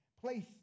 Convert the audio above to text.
place